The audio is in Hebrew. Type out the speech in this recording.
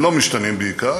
הם לא משתנים בעיקר,